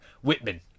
Whitman